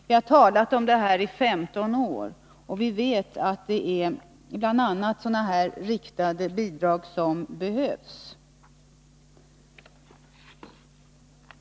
Vi har talat om detta i 15 år och vet att det är bl.a. sådana här riktade bidrag som behövs.